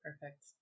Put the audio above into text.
Perfect